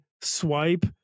swipe